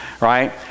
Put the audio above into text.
right